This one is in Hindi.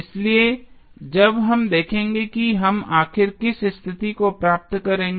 इसलिए जब हम देखेंगे कि हम आखिर किस स्थिति को प्राप्त करेंगे